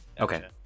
Okay